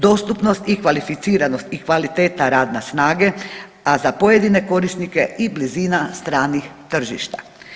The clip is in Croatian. Dostupnost i kvalificiranost i kvaliteta radne snage, a za pojedine korisnike i blizina stranih tržišta.